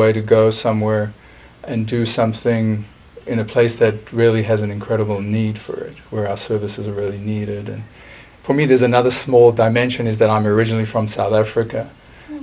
way to go somewhere and do something in a place that really has an incredible need for it were all services are really needed for me there's another small dimension is that i'm originally from south africa